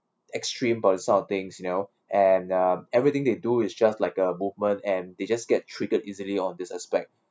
extreme about this sort of things you know and uh everything they do is just like a movement and they just get triggered easily on this aspect